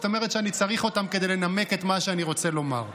זאת אומרת שאני צריך אותן כדי לנמק את מה שאני רוצה לומר.